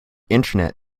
internet